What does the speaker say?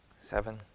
Seven